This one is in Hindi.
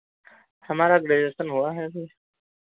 हमारा ग्रेजुएशन हुआ है अभी